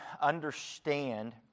understand